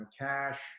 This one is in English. cash